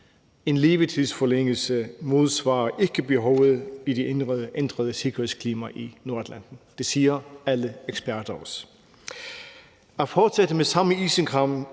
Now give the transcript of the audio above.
en levetidsforlængelse modsvarer ikke behovet i det ændrede sikkerhedsklima i Nordatlanten. Det siger alle eksperter også. At fortsætte med samme isenkram